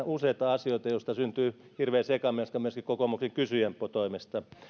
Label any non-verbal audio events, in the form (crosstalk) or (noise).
(unintelligible) useita asioita joista syntyy hirveä sekamelska myöskin kokoomuksen kysyjän toimesta